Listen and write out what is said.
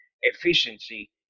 efficiency